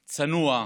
צנוע,